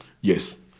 Yes